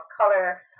color